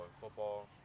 football